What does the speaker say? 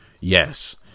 Yes